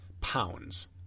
pounds